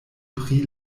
pri